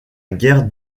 guerre